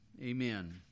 Amen